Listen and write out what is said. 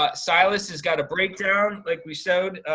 ah silas has got a breakdown like we showed,